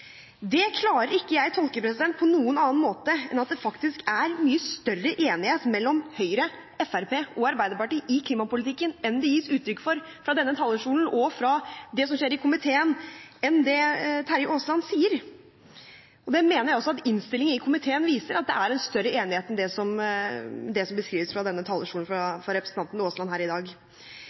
Det klarer ikke jeg å tolke på noen annen måte enn at det faktisk er mye større enighet mellom Høyre, Fremskrittspartiet og Arbeiderpartiet i klimapolitikken enn det gis uttrykk for fra denne talerstolen og fra det som skjer i komiteen, enn det Terje Aasland sier. Det mener jeg også at innstillingen i komiteen viser – det er en større enighet enn det som beskrives fra talerstolen fra representanten Aasland i dag.